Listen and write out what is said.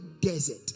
desert